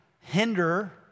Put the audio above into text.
hinder